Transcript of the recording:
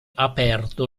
aperto